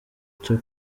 cyo